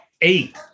Eight